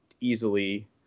easily